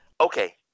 Okay